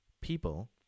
people